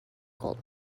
gold